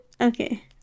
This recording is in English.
Okay